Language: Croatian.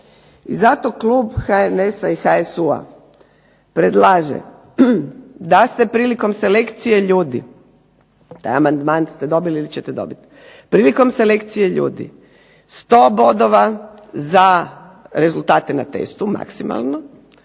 I zato klub HNS-a i HSU-a predlaže da se prilikom selekcije ljudi, taj amandman ste dobili ili ćete dobiti, prilikom selekcije ljudi, sto bodova za rezultate na testu maksimalno,